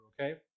okay